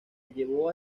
llevó